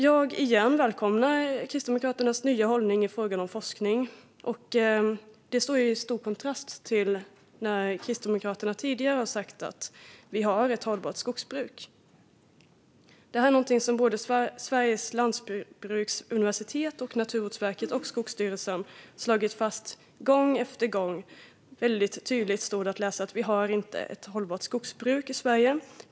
Jag välkomnar som sagt Kristdemokraternas nya hållning i fråga om forskning. Det står i stor kontrast till vad Kristdemokraterna tidigare sagt, det vill säga att vi har ett hållbart skogsbruk. Såväl Sveriges lantbruksuniversitet som Naturvårdsverket och Skogsstyrelsen har gång efter gång tydligt slagit fast att vi inte har ett hållbart skogsbruk i Sverige.